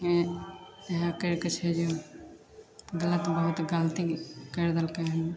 इएह करिके छै जे गलत बहुत गलती करि देलकै हँ